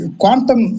quantum